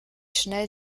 schnell